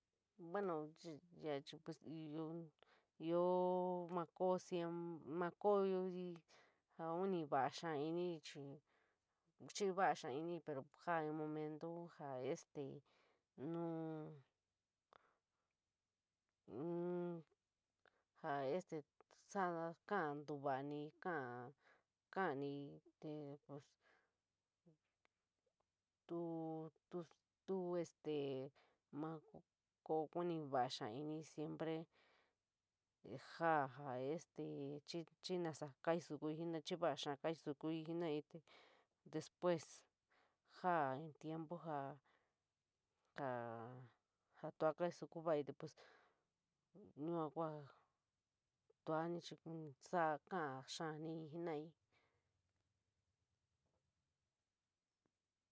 Bueno ya chir pues ioo ma koo siempre, ma koo unp vala xaa iniir chir vala xaa iniir, jaa in momento sa este nuu finn sa este saa kala tu voainii kaaniii pues tu, tu este ma kuni voia xaa siempre sa sa este chir masa kasuku'i, chir voia xaa kasukui penora'iii, despues la ja in tiempo sa, sa, sa tua kasuku vaii te pos yua kua tuani chir kunp saa ja xaa iniir senaii.